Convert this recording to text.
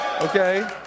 okay